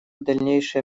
дальнейшее